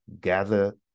gather